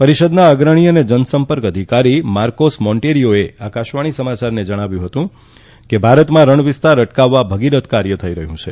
પરિષદના અગ્રણી અને જનસંપર્ક અધિકારી માર્કોસ મોન્ટોરીઓએ આકાશવાણી સમયારને જણાવ્યું કે ભારતમાં રણ વિસ્તાર અટકાવવા ભગીરથ કાર્ય થઈ રહયું છે